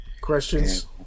Questions